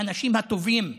האנשים הטובים בינינו,